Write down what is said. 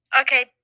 okay